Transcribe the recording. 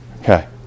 okay